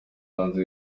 hanze